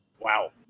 Wow